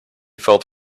felt